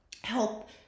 help